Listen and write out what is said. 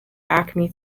acme